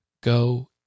Go